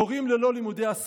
הורים ללא השכלה,